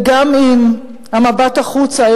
וגם אם המבט החוצה,